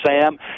Sam